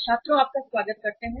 छात्रों आपका स्वागत करते हैं